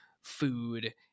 food